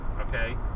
okay